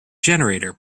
generator